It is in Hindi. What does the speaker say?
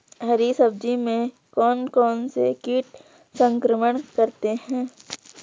हरी सब्जी में कौन कौन से कीट संक्रमण करते हैं?